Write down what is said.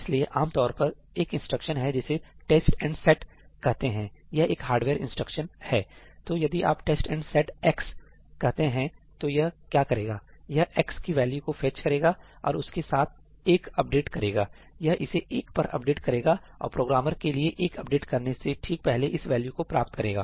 इसलिए आमतौर पर एक इंस्ट्रक्शन है जिसे टेस्ट एंड सेट कहते हैं यह एक हार्डवेयर इंस्ट्रक्शन है तो यदि आप test and set X 'test and set X' कहते हैं तो यह क्या करेगा यह X की वैल्यूको फेच करेगा और उसके साथ 1 अपडेट करेगा यह इसे 1 पर अपडेट करेगा और प्रोग्रामर के लिए 1 अपडेट करने से ठीक पहले इस वैल्यू को प्राप्त करेगा